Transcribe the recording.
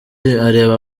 areba